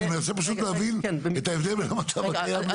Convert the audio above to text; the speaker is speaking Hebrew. אני פשוט מנסה להבין את ההבדל בין המצב הקיים לזה.